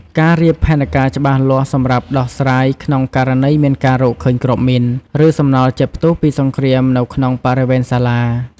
ការរៀបផែនការច្បាស់លាស់សម្រាប់ដោះស្រាយក្នុងករណីមានការរកឃើញគ្រាប់មីន ឬ សំណល់ជាតិផ្ទុះពីសង្គ្រាម នៅក្នុងបរិវេណសាលា។